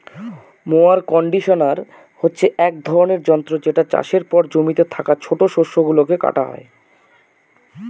mower conditioner হচ্ছে এক ধরনের যন্ত্র যেটা চাষের পর জমিতে থাকা ছোট শস্য গুলোকে কাটা হয়